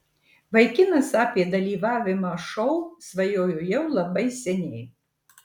vaikinas apie dalyvavimą šou svajojo jau labai seniai